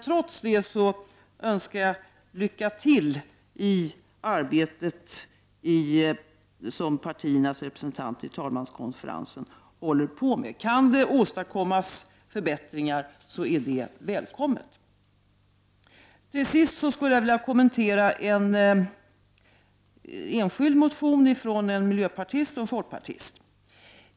Trots det önskar jag lycka till med det arbete som partiernas representanter i talmanskonferensen håller på med. Kan det åstadkommas förbättringar, är det välkommet. Till sist skulle jag vilja kommentera en enskild motion från en miljöpartist och en folkpartist.